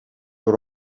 door